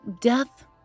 death